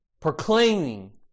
proclaiming